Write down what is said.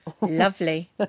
Lovely